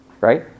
Right